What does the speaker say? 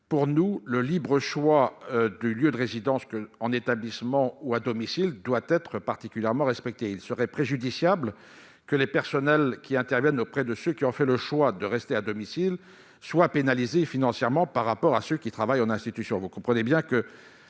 pour nous, le libre choix du lieu de résidence- en établissement ou à domicile -doit être particulièrement respecté. Il serait préjudiciable que les personnels intervenant auprès de ceux qui ont fait le choix de rester à domicile soient pénalisés financièrement par rapport à ceux qui travaillent en institution.